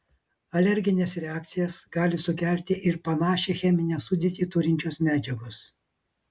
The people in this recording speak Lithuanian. alergines reakcijas gali sukelti ir panašią cheminę sudėtį turinčios medžiagos